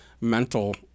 mental